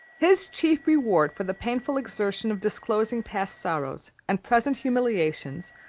his chief reward for the painful exertion of disclosing past sorrows and present humiliations,